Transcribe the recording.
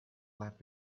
left